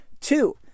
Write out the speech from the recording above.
Two